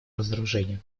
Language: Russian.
разоружению